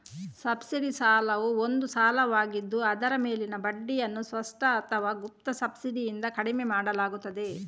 subsidy ಸಾಲವು ಒಂದು ಸಾಲವಾಗಿದ್ದು ಅದರ ಮೇಲಿನ ಬಡ್ಡಿಯನ್ನು ಸ್ಪಷ್ಟ ಅಥವಾ ಗುಪ್ತ ಸಬ್ಸಿಡಿಯಿಂದ ಕಡಿಮೆ ಮಾಡಲಾಗುತ್ತದೆ